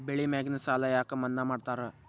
ಬೆಳಿ ಮ್ಯಾಗಿನ ಸಾಲ ಯಾಕ ಮನ್ನಾ ಮಾಡ್ತಾರ?